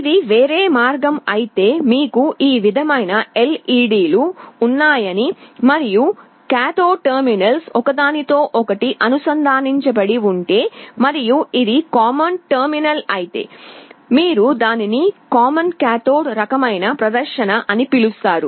ఇది వేరే మార్గం అయితే మీకు ఈ విధమైన LED లు ఉన్నాయని మరియు కాథోడ్ టెర్మినల్స్ ఒకదానితో ఒకటి అనుసంధానించబడి ఉంటే మరియు ఇది కామన్ టెర్మినల్ అయితే మీరు దీనిని కామన్ కాథోడ్ రకమైన ప్రదర్శన అని పిలుస్తారు